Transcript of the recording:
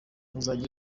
azajya